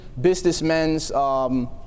Businessmen's